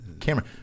camera